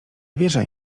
wierzaj